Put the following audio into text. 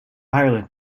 ireland